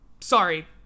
Sorry